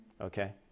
Okay